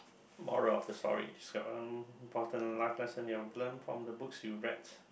moral of the story person learn from the books you read